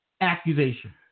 accusation